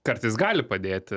kartais gali padėti